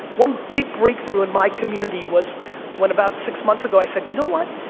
one big breakthrough in my community was when about six months ago i said, you know what,